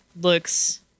looks